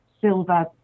silver